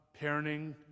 parenting